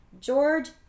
George